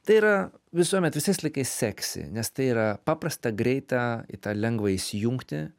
tai yra visuomet visais laikais seksi nes tai yra paprasta greita į tą lengva įsijungti